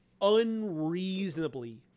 unreasonably